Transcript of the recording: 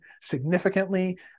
significantly